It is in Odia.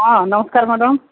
ହଁ ନମସ୍କାର ମ୍ୟାଡାମ୍